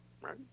right